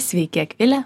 sveiki akvile